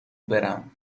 برم